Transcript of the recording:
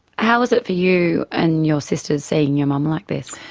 how was it for you and your sisters, seeing your mum like this?